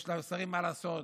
יש לשרים מה לעשות.